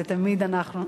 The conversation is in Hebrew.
זה תמיד אנחנו,